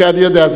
כן, אני יודע.